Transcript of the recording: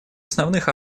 основных